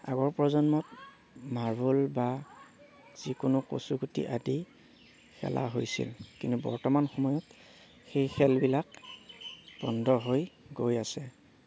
আগৰ প্ৰজন্মত মাৰ্বল বা যিকোনো কচু গুটি আদি খেলা হৈছিল কিন্তু বৰ্তমান সময়ত সেই খেলবিলাক বন্ধ হৈ গৈ আছে